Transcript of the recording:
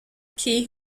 key